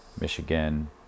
Michigan